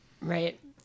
Right